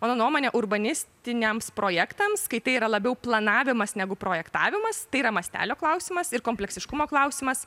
mano nuomone urbanistiniams projektams kai tai yra labiau planavimas negu projektavimas tai yra mastelio klausimas ir kompleksiškumo klausimas